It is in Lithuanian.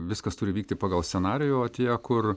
viskas turi vykti pagal scenarijų o tie kur